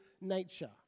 nature